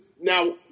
now